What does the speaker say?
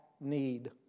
need